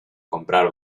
comprar